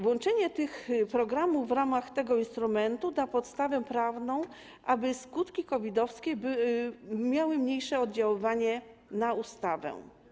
Włączenie tych programów w ramach tego instrumentu da podstawę prawną do tego, aby skutki COVID-owskie miały mniejsze oddziaływanie na ustawę.